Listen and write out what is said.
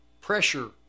pressure